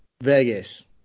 Vegas